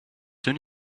soon